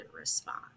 respond